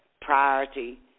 priority